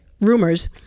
rumors